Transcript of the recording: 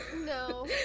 No